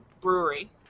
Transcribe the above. Brewery